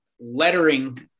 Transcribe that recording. lettering